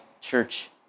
church